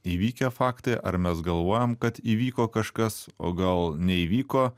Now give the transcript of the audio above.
įvykę faktai ar mes galvojam kad įvyko kažkas o gal neįvyko